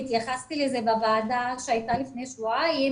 התייחסתי לזה בוועדה לביקורת המדינה שהייתה לפני שבועיים,